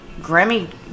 Grammy